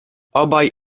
obaj